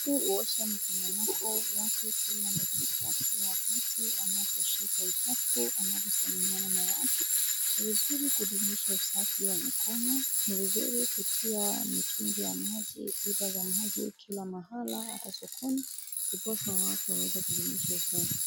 Mtu uosha mikono yake kila dakika ,kila wakati anaposhika uchafu ,anaposalimia na watu ni vizuri kudumisha usafi wa mikono ni vizuri kutia mitungi ya maji vyupa za maji kila mahala ata sokoni ,ndiposa watu waweze kudumisha usafi .